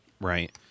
Right